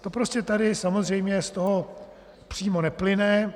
To prostě tady samozřejmě z toho přímo neplyne.